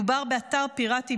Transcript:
מדובר באתר פיראטי,